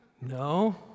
No